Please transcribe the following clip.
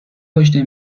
پشت